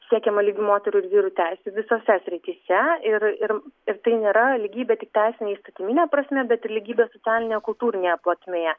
siekiama lygių moterų ir vyrų teisių visose srityse ir ir ir tai nėra lygybė tik teisine įstatymine prasme bet ir lygybė socialinėje kultūrinėje plotmėje